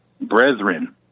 brethren